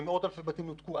ומאות אלפי בתים נותקו.